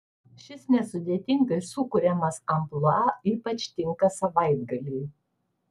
šis nesudėtingai sukuriamas amplua ypač tinka savaitgaliui